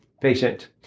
patient